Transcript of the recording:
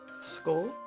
school